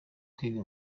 kwiga